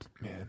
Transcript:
Man